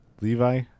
Levi